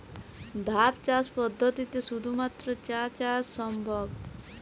ধাপ চাষ পদ্ধতিতে শুধুমাত্র চা চাষ সম্ভব?